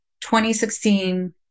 2016